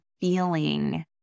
feeling